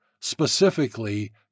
specifically